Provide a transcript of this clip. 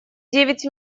девять